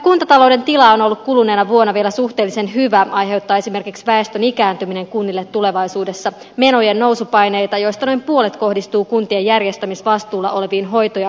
vaikka kuntatalouden tila on ollut kuluneena vuonna vielä suhteellisen hyvä aiheuttaa esimerkiksi väestön ikääntyminen kunnille tulevaisuudessa menojen nousupaineita joista noin puolet kohdistuu kuntien järjestämisvastuulla oleviin hoito ja hoivapalveluihin